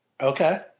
Okay